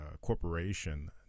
corporation